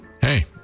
Hey